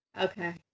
Okay